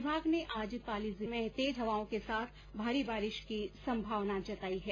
विभाग ने आज पाली जिले में तेज हवाओं के साथ भारी बारिश की संभावना जताई है